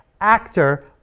actor